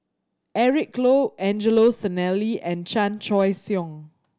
Eric Low Angelo Sanelli and Chan Choy Siong